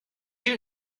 you